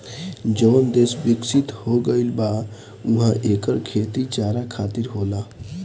जवन देस बिकसित हो गईल बा उहा एकर खेती चारा खातिर होला